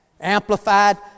Amplified